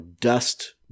dust